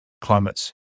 climates